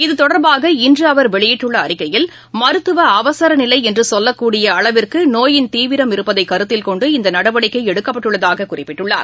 இதுதொடர்பாக இன்றுஅவர் வெளியிட்டுள்ளஅறிக்கையில் மருத்துவ அவசரநிலைஎன்று சொல்லக்கூடிய அளவிற்கு நோயின் இருப்பதைகருத்தில்கொண்டு தீவிரம் இந்தநடவடிக்கைஎடுக்கப்பட்டுள்ளதாககுறிப்பிட்டுள்ளார்